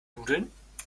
nudeln